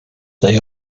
they